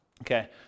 Okay